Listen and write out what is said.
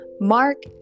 Mark